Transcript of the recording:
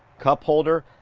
cup holder,